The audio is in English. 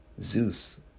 Zeus